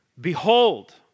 behold